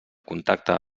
contacte